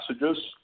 messages